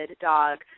dog